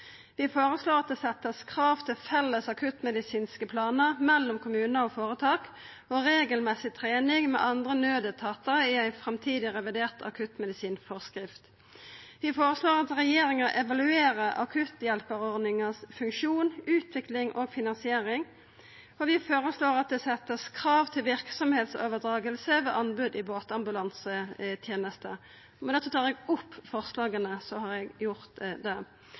Vi føreslår at det vert sett krav til felles akuttmedisinske planar mellom kommunar og føretak og regelmessig trening med andre naudetatar i ei framtidig revidert akuttmedisinforskrift. Vi føreslår at regjeringa evaluerer akutthjelparordninga når det gjeld funksjon, utvikling og finansiering, og vi føreslår at det vert sett krav til verksemdsoverdraging ved anbod i båtambulansetenesta. Med dette tar eg opp forslaga